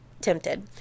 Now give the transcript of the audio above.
tempted